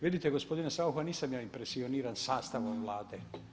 Vidite gospodine Saucha nisam ja impresioniran sastavom Vlade.